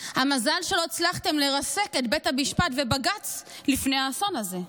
המזל שלא הצלחתם לרסק את בית המשפט ובג"ץ לפני האסון הזה,